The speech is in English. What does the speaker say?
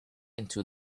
into